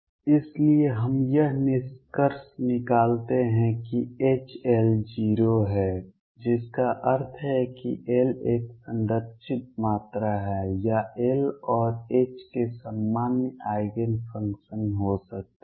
इसलिए हम यह निष्कर्ष निकालते हैं कि HL 0 है जिसका अर्थ है कि L एक संरक्षित मात्रा है या L और H के सामान्य आइगेन फंक्शन हो सकते हैं